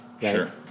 Sure